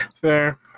fair